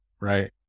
right